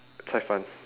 cai- fan